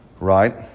Right